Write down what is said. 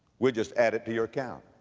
we'll just add it to your account.